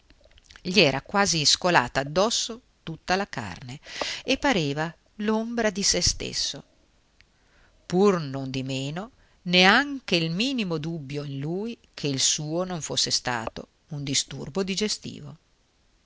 gli era quasi scolata addosso tutta la carne e pareva l'ombra di se stesso pur non di meno neanche il minimo dubbio in lui che il suo non fosse stato un disturbo digestivo